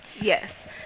Yes